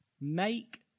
Make